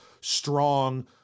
strong